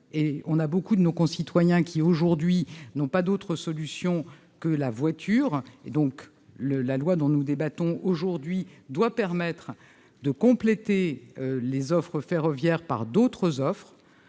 tout. Beaucoup de nos concitoyens, aujourd'hui, n'ont pas d'autre solution que la voiture. La loi dont nous débattons aujourd'hui doit donc permettre de compléter les offres ferroviaires par d'autres offres